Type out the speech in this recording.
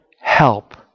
help